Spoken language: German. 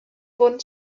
wurden